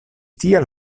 tial